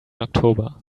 october